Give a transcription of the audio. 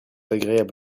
agréable